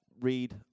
read